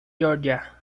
georgia